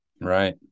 Right